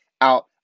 out